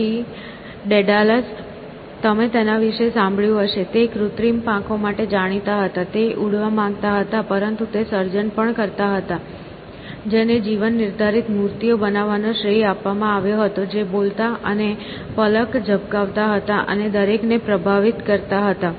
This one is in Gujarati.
પછી ડેડાલસ તમે તેના વિશે વિશે સાંભળ્યું હશે તે કૃત્રિમ પાંખો માટે જાણીતા હતા તે ઉડવા માંગતા હતા પરંતુ તે સર્જન પણ કરતા હતા જેને જીવન નિર્ધારિત મૂર્તિઓ બનાવવાનો શ્રેય આપવામાં આવ્યો હતો જે બોલતા અને પલક ઝબકાવતા હતા અને દરેકને પ્રભાવિત કરતા હતા